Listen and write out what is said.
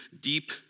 deep